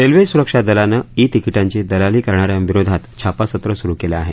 railway सुरक्षा दलानं e तिकीटांची दलाली करणा यांविरोधात छापासत्र सुरू केलं आहे